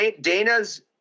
Dana's